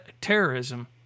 terrorism